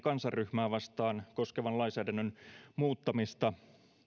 kansanryhmää vastaan koskevan lainsäädännön muuttamista